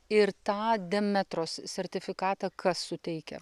ir tą demetros sertifikatą kas suteikia